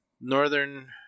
northern